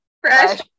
fresh